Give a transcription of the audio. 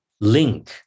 link